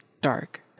dark